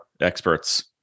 experts